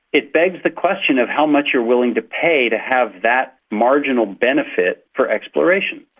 it begs the question of how much you're willing to pay to have that marginal benefit for exploration.